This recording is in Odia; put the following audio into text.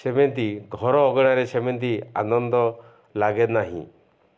ସେମିତି ଘର ଅଗଣାରେ ସେମିତି ଆନନ୍ଦ ଲାଗେ ନାହିଁ